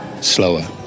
slower